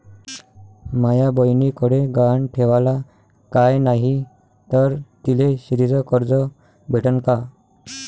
माया बयनीकडे गहान ठेवाला काय नाही तर तिले शेतीच कर्ज भेटन का?